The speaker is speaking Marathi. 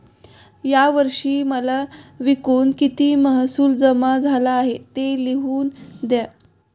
या वर्षी माल विकून किती महसूल जमा झाला आहे, ते लिहून द्या